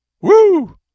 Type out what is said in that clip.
Woo